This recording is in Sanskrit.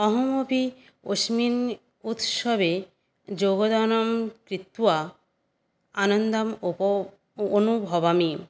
अहमपि अस्मिन् उत्सवे योगदानं कृत्वा आनन्दम् अनुभवामि